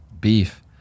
beef